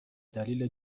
دلیل